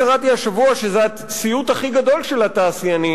קראתי השבוע שזה הסיוט הכי גדול של התעשיינים,